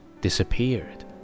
disappeared